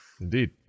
Indeed